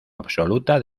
absoluta